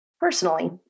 Personally